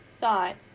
thought